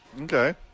Okay